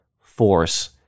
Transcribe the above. force